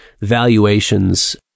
valuations